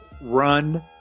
run